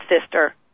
sister